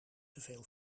teveel